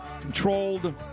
controlled